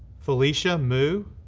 felicia mou,